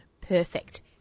perfect